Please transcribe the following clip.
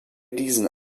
diesen